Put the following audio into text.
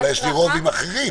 אולי יש לי רוב עם אחרים.